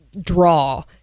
draw